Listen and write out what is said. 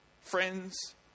friends